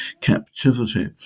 captivity